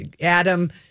Adam